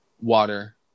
Water